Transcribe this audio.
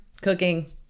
cooking